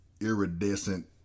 iridescent